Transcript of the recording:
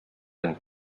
and